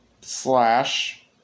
slash